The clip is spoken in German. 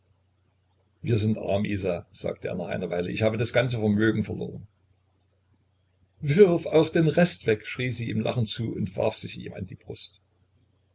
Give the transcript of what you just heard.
wir sind arm isa sagte er nach einer weile ich habe das ganze vermögen verloren wirf auch den rest weg schrie sie ihm lachend zu und warf sich ihm an die brust